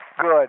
Good